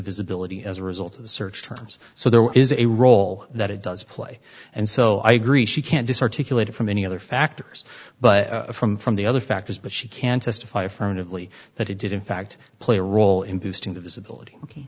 visibility as a result of the search terms so there is a role that it does play and so i agree she can't just articulated from any other factors but from from the other factors but she can testify affirmatively that he did in fact play a role in boosting the visibility ok